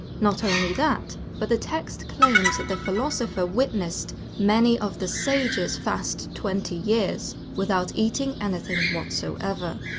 not only that, but the text claims that the philosopher witnessed many of the sages fast twenty years without eating anything whatsoever.